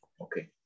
Okay